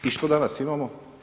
I što danas imamo?